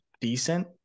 Decent